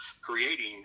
creating